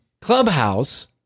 Clubhouse